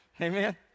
Amen